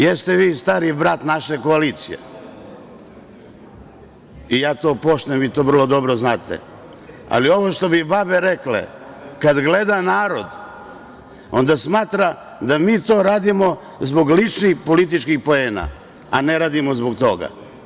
Jeste vi stariji brat naše koalicije, ja to poštujem i vi to vrlo dobro znate, ali ovo što bi babe rekle – kad gleda narod, onda smatra da mi to radimo zbog ličnih političkih poena, a ne radimo zbog toga.